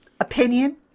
opinion